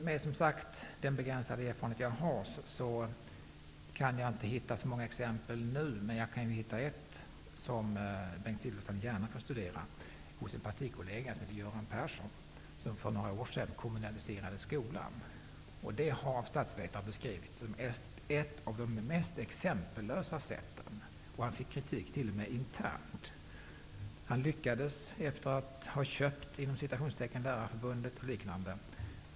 Med den begränsade erfarenhet som jag har kan jag nu inte hitta så många exempel, men jag kan hitta ett som Bengt Silfverstrand gärna får studera hos en partikollega som heter Göran Persson, som för några år sedan kommunaliserade skolan. Detta har av statsvetare beskrivits som ett av de mest exempellösa sätten. Han fick kritik t.o.m. internt. Han lyckades efter att ha ''köpt'' Lärarförbundet och liknande.